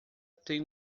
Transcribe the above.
tem